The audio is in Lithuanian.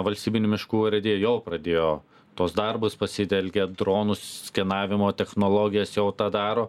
valstybinių miškų urėdija jau pradėjo tuos darbus pasitelkė dronus skenavimo technologijas jau tą daro